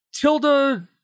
Tilda